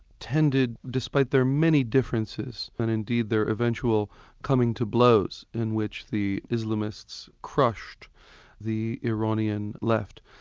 tended, despite their many differences, and indeed their eventual coming to blows, in which the islamists crushed the iranian left.